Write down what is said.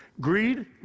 Greed